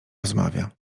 rozmawia